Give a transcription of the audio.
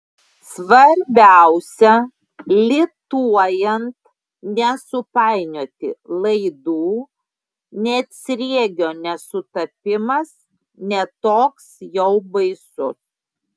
svarbiausia lituojant nesupainioti laidų net sriegio nesutapimas ne toks jau baisus